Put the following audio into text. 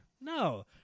No